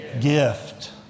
gift